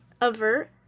Avert